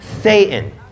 Satan